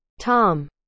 Tom